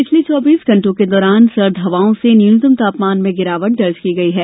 पिछले चौबीस घंटों के दौरान सर्द हवाओं से न्यूनतम तापमान में गिरावट दर्ज की गई है